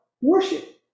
worship